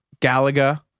Galaga